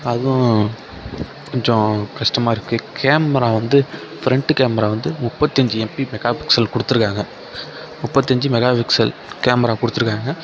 அதுவும் கொஞ்சம் கஷ்டமாக இருக்கு கேமரா வந்து ஃரெண்ட்டு கேமரா வந்து முப்பத்து அஞ்சு எம்பி மெகா பிக்சல் கொடுத்துருக்காங்க முப்பத்து அஞ்சு மெகா பிக்சல் கேமரா கொடுத்துருக்காங்க